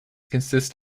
consist